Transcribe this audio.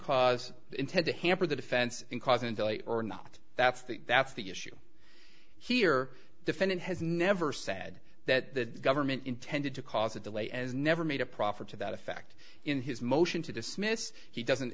cause intent to hamper the defense in causing delay or not that's the that's the issue here defendant has never said that the government intended to cause a delay as never made a profit to that effect in his motion to dismiss he doesn't